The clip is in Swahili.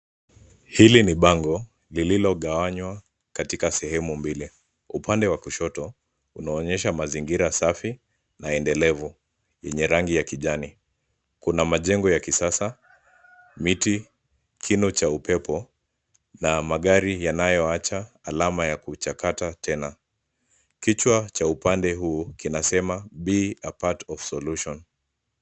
Hili ni bango liliogawanywa katika sehemu mbili. Upande wa kushoto, unaonyesha mazingira safi na endelevu yenye rangi ya kijani. Kuna majengo ya kisasa, miti, kino cha upepo na magari yanayoacha alama ya kuchakata tena. Kichwa cha upande huu, kinasema be a part of solution .